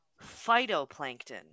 Phytoplankton